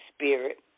spirit